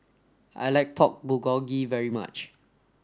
I like Pork Bulgogi very much